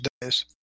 days